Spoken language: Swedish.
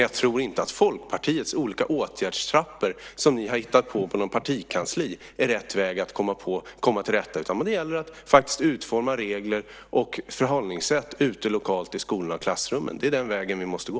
Jag tror inte att Folkpartiets olika åtgärdstrappor, som ni har hittat på i något partikansli, är rätt väg för att komma till rätta med det här. Det gäller att utforma regler och förhållningssätt lokalt ute i skolorna och i klassrummen. Det är den vägen vi måste gå.